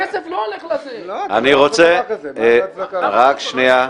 הכסף לא הולך לזה --- אין דבר כזה --- אתה לא יכול --- רק שנייה.